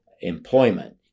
employment